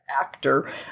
actor